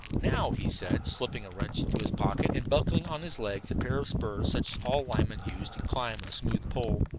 now, he said, slipping a wrench into his pocket, and buckling on his legs a pair of spurs such as all linemen use to climb a smooth pole,